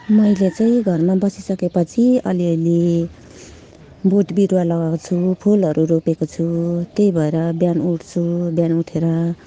मैले चाहिँ घरमा बसिसकेपछि अलिअलि बोटबिरुवा लगाएको छु फुलहरू रोपेको छु त्यही भएर बिहान उठ्छु बिहान उठेर